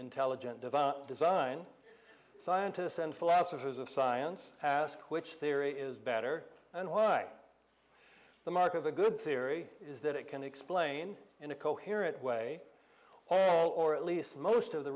intelligent design design scientists and philosophers of science ask which theory is better and why the mark of a good theory is that it can explain in a coherent way all or at least most of the